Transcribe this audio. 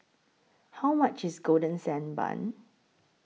How much IS Golden Sand Bun